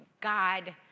God